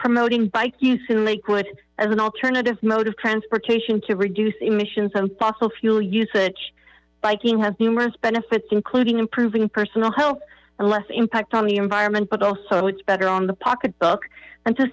promoting bike use in lakewood as an alternative mode of transportation to reduce emissions and fossil fuel usage biking has numerous benefits including improving personal health and less impact on the environment but also better on the pocketbook and to